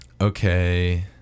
okay